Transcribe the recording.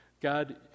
God